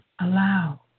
Allow